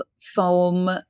foam